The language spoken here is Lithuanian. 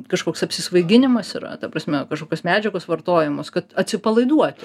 kažkoks apsisvaiginimas yra ta prasme kažkokios medžiagos vartojimas kad atsipalaiduoti